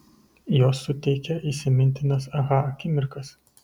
jos suteikia įsimintinas aha akimirkas